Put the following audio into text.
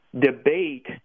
debate